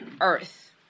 earth